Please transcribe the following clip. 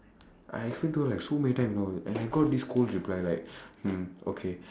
I explain to her like so many times you know and I got this cold reply like hmm okay